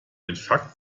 infarkt